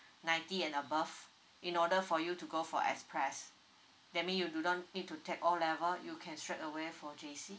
ninety and above in order for you to go for express that mean you do not need to take O level you can straight away for J_C